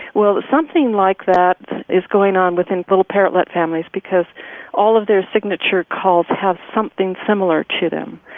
well, something like that is going on within little parrotlet families, because all of their signature calls have something similar to them,